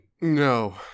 No